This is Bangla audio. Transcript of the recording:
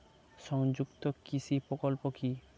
সংযুক্ত কৃষক প্রকল্প কি?